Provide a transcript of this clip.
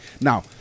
Now